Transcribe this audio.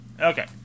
Okay